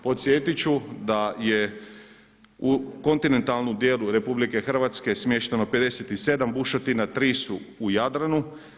Podsjetiti ću da je u kontinentalnom dijelu RH smješteno 57 bušotina, 3 su u Jadranu.